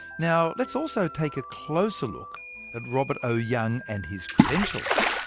now, let's also take a closer look at robert o young, and his credentials.